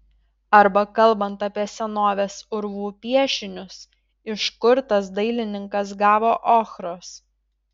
arba kalbant apie senovės urvų piešinius iš kur tas dailininkas gavo ochros